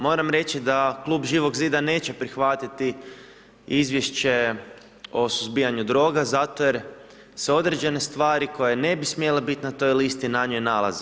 Moram reći da Klub Živog zida neće prihvatiti Izvješće o suzbijanju droga zato jer se određene stvari koje ne bi smjele biti na toj listi na njoj nalaze.